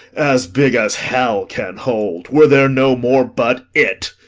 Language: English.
as big as hell can hold, were there no more but it.